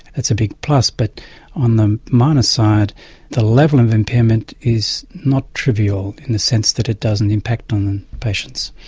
it's a big plus but on the minus side the level of impairment is not trivial in a sense that it doesn't impact on patients.